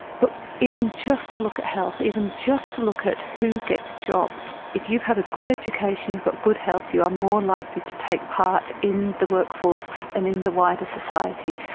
but even just to look at health, even just to look at who gets jobs if you've had a good education, you've got good health, you are more likely to take part in the workforce and in the wider society.